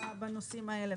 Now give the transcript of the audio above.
בנושאים האלה,